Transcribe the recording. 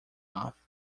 off